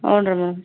ಹ್ಞೂ ರೀ ಮ್ಯಾಮ್